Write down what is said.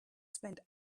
spend